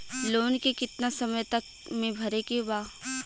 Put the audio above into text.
Loan के कितना समय तक मे भरे के बा?